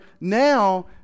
now